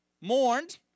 mourned